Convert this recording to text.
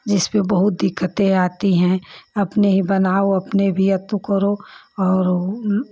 जिसपर बहुत ही दिक्कतें आती हैं अपने ही बनाओ अपने भी अत्तू करो और